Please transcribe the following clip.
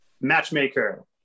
Matchmaker